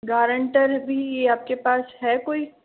guarantor भी आपके पास है कोई